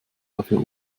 dafür